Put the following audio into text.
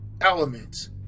elements